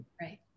Right